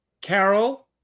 Carol